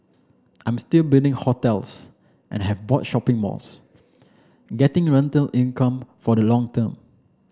I'm still building hotels and have bought shopping malls getting rental income for the long term